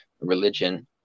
religion